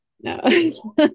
No